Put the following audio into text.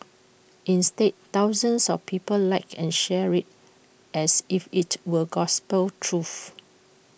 instead thousands of people liked and shared IT as if IT were gospel truth